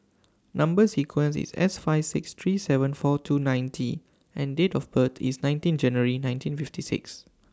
Number sequence IS S five three seven four two nine T and Date of birth IS nineteen January nineteen fifty six